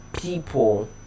people